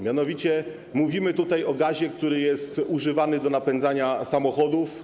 Mianowicie mówimy o gazie, który jest używany do napędzania samochodów.